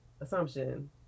assumption